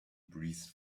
breathes